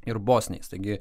ir bosniais taigi